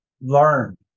learn